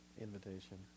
invitation